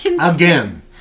Again